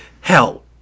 Hell